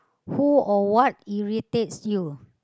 who or what irritates you